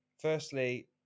firstly